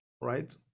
right